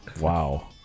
Wow